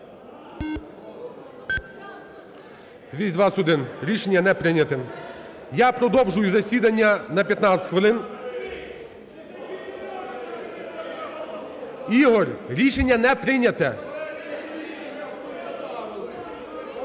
За-221 Рішення не прийнято. Я продовжую засідання на 15 хвилин. Ігор! Рішення не прийняте.